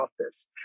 office